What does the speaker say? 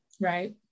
right